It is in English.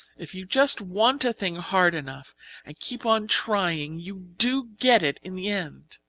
if you just want a thing hard enough and keep on trying, you do get it in the end.